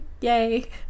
Yay